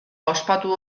ospatu